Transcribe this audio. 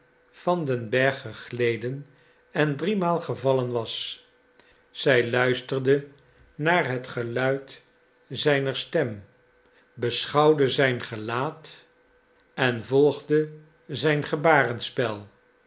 van den berg gegleden en driemaal gevallen was zij luisterde naar het geluid zijner stem beschouwde zijn gelaat on volgde zijn